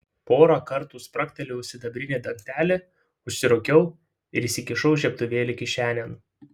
porą kartų spragtelėjau sidabrinį dangtelį užsirūkiau ir įsikišau žiebtuvėlį kišenėn